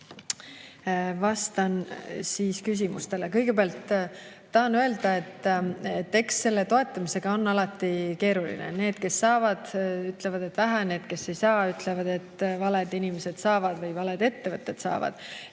Vastan küsimustele. Kõigepealt tahan öelda, et eks toetamisega on alati keeruline. Need, kes saavad, ütlevad, et vähe, need, kes ei saa, ütlevad, et valed inimesed saavad või valed ettevõtted saavad.